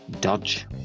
Dodge